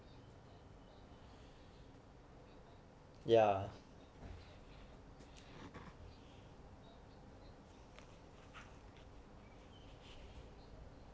ya